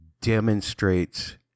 demonstrates